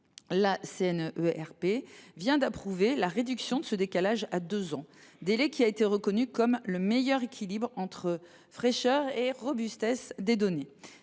la Cnerp vient d’approuver la réduction de ce décalage à deux ans, délai qui a été reconnu comme le meilleur équilibre entre « fraîcheur » et robustesse des données.